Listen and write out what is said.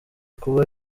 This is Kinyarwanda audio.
kuba